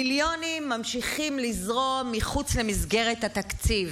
מיליונים ממשיכים לזרום מחוץ למסגרת התקציב.